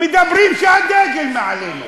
מדברים כשהדגל מעלינו.